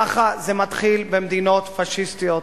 ככה זה מתחיל במדינות פאשיסטיות,